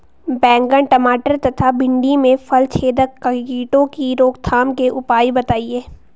बैंगन टमाटर तथा भिन्डी में फलछेदक कीटों की रोकथाम के उपाय बताइए?